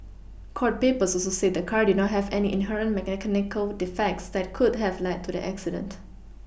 court papers also said the car did not have any inherent mechanical defects that could have led to the accident